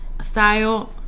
style